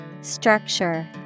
Structure